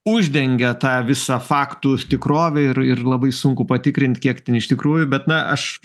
uždengia tą visą faktų tikrovę ir ir labai sunku patikrint kiek ten iš tikrųjų bet na aš